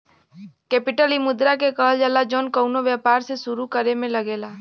capital इ मुद्रा के कहल जाला जौन कउनो व्यापार के सुरू करे मे लगेला